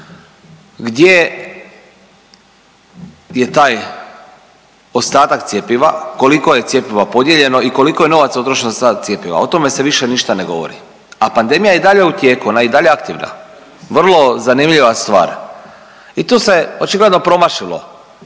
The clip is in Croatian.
gdje je taj ostatak cjepiva? Koliko je cjepiva podijeljeno i koliko je novaca utrošeno sa cjepivima? O tome se više ništa ne govori, a pandemija je i dalje u tijeku, ona je i dalje aktivna. Vrlo zanimljiva stvar. I tu se očigledno promašilo